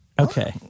okay